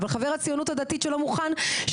אם יש מדיניות בהר הבית, מי קובע אותה?